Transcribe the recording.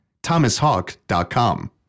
thomashawk.com